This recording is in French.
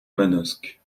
manosque